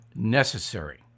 necessary